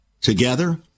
together